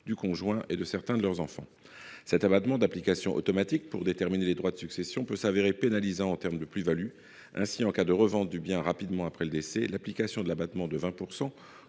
du conjoint et de certains de leurs enfants. Cet abattement, d’application automatique pour déterminer les droits de succession, peut s’avérer pénalisant en termes de plus values. Ainsi, en cas de revente du bien rapidement après le décès, l’application de l’abattement de 20